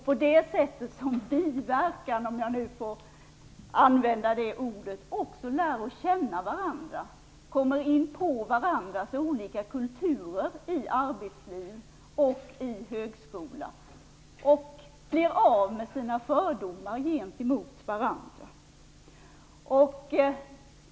På det sättet får vi som biverkan, om jag nu får använda det ordet, att man lär känna varandra, kommer inpå varandras olika kulturer i arbetsliv och högskola och blir av med sina fördomar gentemot varandra.